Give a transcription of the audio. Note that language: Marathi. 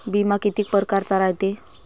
बिमा कितीक परकारचा रायते?